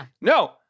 No